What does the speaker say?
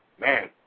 man